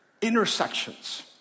intersections